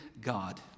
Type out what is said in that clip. God